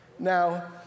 Now